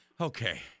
okay—